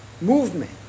movement